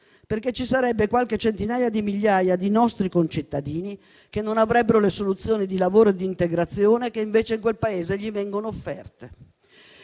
perché ci sarebbe qualche centinaio di migliaia di nostri concittadini senza le soluzioni di lavoro e di integrazione che invece in quel Paese gli vengono offerte.